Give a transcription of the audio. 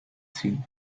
ziehen